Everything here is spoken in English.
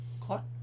Caught